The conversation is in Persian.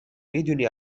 میدونی